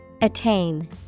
attain